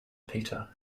peter